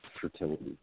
fertility